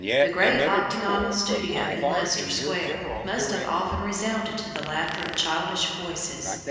the great octagonal studio in leicester square must have often resounded to the laughter of childish voices,